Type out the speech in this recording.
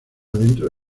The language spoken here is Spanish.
dentro